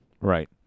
Right